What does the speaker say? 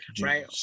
right